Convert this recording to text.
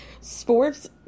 sports